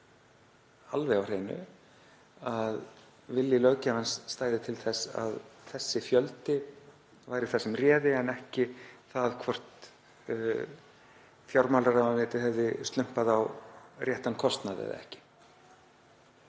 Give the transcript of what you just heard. alveg á hreinu að vilji löggjafans stæði til þess að þessi fjöldi væri það sem réði en ekki það hvort fjármálaráðuneytið hefði slumpað á réttan kostnað eða ekki.